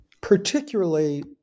particularly